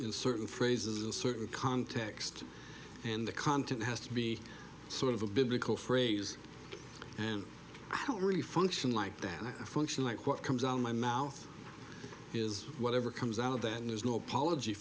words certain phrases a certain context and the content has to be sort of a biblical phrase and i don't really function like that and i function like what comes out of my mouth is whatever comes out of that and there's no apolog